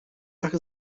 ach